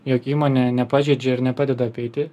jog įmonė nepažeidžia ir nepadeda apeiti